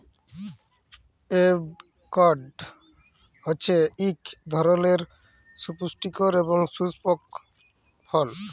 avocado হছে ইক ধরলের সুপুষ্টিকর এবং সুপুস্পক ফল